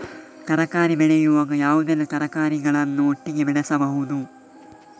ತರಕಾರಿ ಬೆಳೆಯುವಾಗ ಯಾವುದೆಲ್ಲ ತರಕಾರಿಗಳನ್ನು ಒಟ್ಟಿಗೆ ಬೆಳೆಸಬಹುದು?